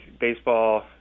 baseball